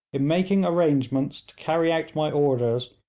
in making arrangements to carry out my orders,